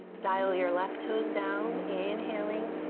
dial your left toes down, inhaling